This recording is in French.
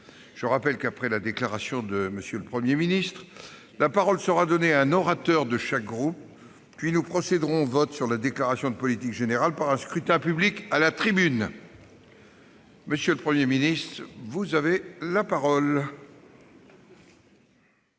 Constitution. Après la déclaration de M. le Premier ministre, la parole sera donnée à un orateur de chaque groupe, puis nous procéderons au vote sur la déclaration de politique générale par un scrutin public à la tribune. La parole est à M. le Premier ministre. Monsieur le